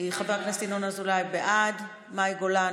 ינון אזולאי, בעד, מאי גולן,